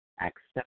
accept